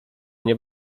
nie